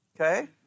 Okay